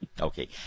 okay